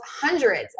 hundreds